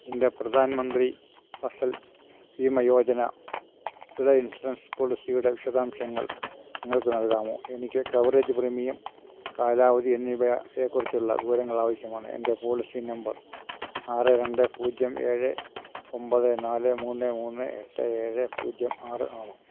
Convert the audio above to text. എൻ്റെ പ്രധാൻ മന്ത്രി ഫസൽ ഭീമ യോജന വിള ഇൻഷുറൻസ് പോളിസിയുടെ വിശദാംശങ്ങൾ നിങ്ങൾക്ക് നൽകാമോ എനിക്ക് കവറേജ് പ്രീമിയം കാലാവധി എന്നിവയെക്കുറിച്ചുള്ള വിവരങ്ങൾ ആവശ്യമാണ് എൻ്റെ പോളിസി നമ്പർ ആറ് രണ്ട് പൂജ്യം ഏഴ് ഒൻപത് നാല് മൂന്ന് മൂന്ന് എട്ട് ഏഴ് പൂജ്യം ആറ് ആണ്